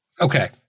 Okay